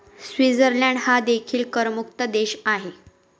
Switzerland हा देखील करमुक्त देश आहे